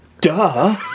Duh